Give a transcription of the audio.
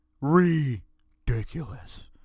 ridiculous